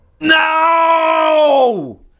No